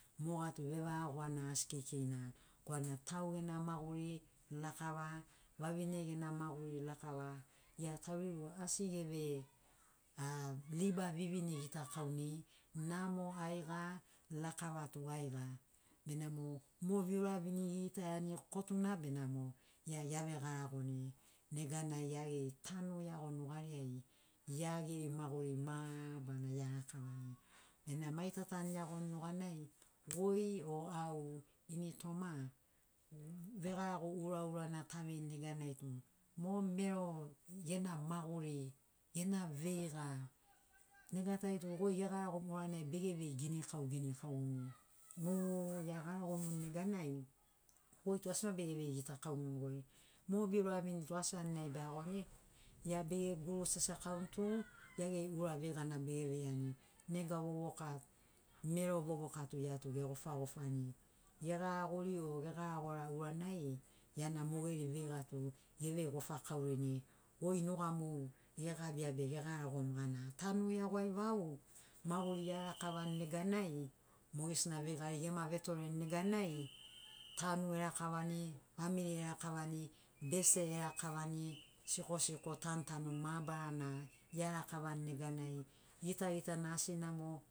Moga tu vevawa asi keikeina korana taugena maguri lakava vavine gena maguri lakava gia tauri rua asi geve a liba vivini gitakauni namo aiga lakava tu aiga benamo mo viuravini egitaiani kotuna benamo gia eavegaragoni neganai gia geri tanu eagoni nugariai gia geri maguri mabarana ea rakavani bena mai ta tanu iagoni nuganai goi o au ini toma vegarago ura ura na taveini neganai tu mo mero gena maguri gena veiga nega tai tu goi egaragomu uranai tu bege vei ginikau ginikaumuni mu. eagaragomuni neganai goi tu asi ma bevei gitakaumuni goi mo viura vini tu asi aninai beagoni gia be guru sesakauni tu gia geri ura veigana bege veiani nega vovoka mero vovoka tu ia tu gegofagofani gegaragori o gegaragora uranai giana mogeri veiga tu evei gofakaurini goi nugamu gegabia be gegaragomu gana tanu iago ai vau maguri erakavani neganai mogesina veigari gema vetoreni neganai tanu erakavani famili gerakavani bese erakavani sikosiko tantanu mabarana ea rakavani neganai gitagitana asi namo